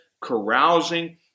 carousing